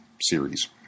series